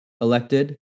elected